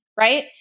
right